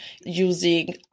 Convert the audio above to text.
using